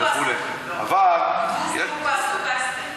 אבל, "דודובסטר".